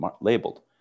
labeled